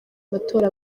matora